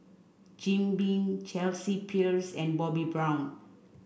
Jim Beam Chelsea Peers and Bobbi Brown